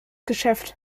geschäft